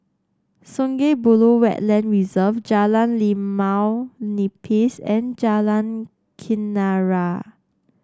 Sungei Buloh Wetland Reserve Jalan Limau Nipis and Jalan Kenarah